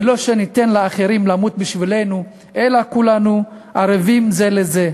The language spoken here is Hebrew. ולא שניתן לאחרים למות בשבילנו אלא כולנו ערבים זה לזה,